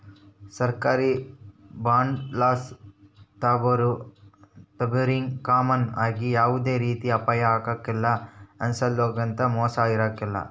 ಸರ್ಕಾರಿ ಬಾಂಡುಲಾಸು ತಾಂಬೋರಿಗೆ ಕಾಮನ್ ಆಗಿ ಯಾವ್ದೇ ರೀತಿ ಅಪಾಯ ಆಗ್ಕಲ್ಲ, ಅಸಲೊಗಂತೂ ಮೋಸ ಇರಕಲ್ಲ